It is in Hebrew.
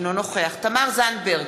אינו נוכח תמר זנדברג,